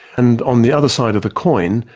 and on the other side of the coin,